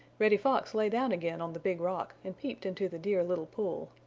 reddy fox lay down again on the big rock and peeped into the dear little pool.